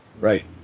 right